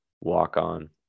walk-on